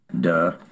Duh